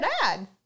dad